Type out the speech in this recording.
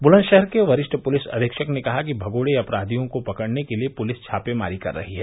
बुलंदशहर के वरिष्ठ पुलिस अधीक्षक ने कहा कि भगोड़े अपराधियों को पकड़ने के लिए पुलिस छापेमारी कर रही है